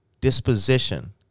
disposition